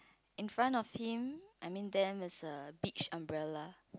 in front of him I mean them there's a beach umbrella